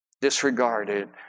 disregarded